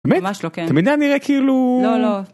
ממש לא כן, תמיד היה נראה כאילו... לא, לא.